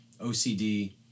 ocd